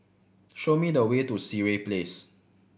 show me the way to Sireh Place